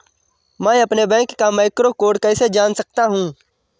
मैं अपने बैंक का मैक्रो कोड कैसे जान सकता हूँ?